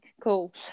Cool